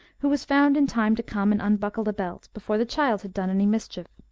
who was found in time to come and unbuckle the belt, before the child had done any mischief.